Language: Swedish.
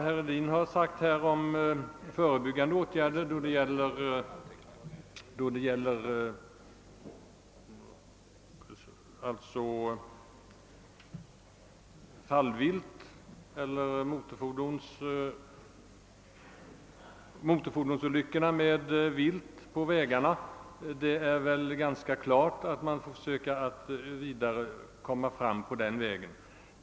Herr Hedin har här berört frågan om förebyggande åtgärder då det gäller motorfordonsolyckor i samband med vilt på vägarna och rätten till fallvilt, och det är nog riktigt att man bör försöka att gå vidare på den vägen.